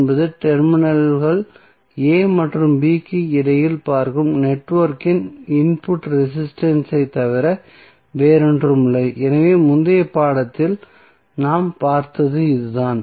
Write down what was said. என்பது டெர்மினல்கள் a மற்றும் b க்கு இடையில் பார்க்கும் நெட்வொர்க்கின் இன்புட் ரெசிஸ்டன்ஸ் ஐத் தவிர வேறொன்றுமில்லை எனவே முந்தைய படத்தில் நாம் பார்த்தது இதுதான்